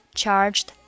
charged